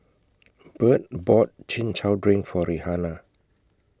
Burt bought Chin Chow Drink For Rihanna